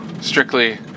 strictly